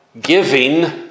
giving